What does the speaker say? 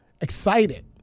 excited